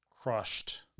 crushed